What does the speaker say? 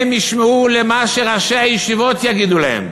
הם ישמעו למה שראשי הישיבות יגידו להם,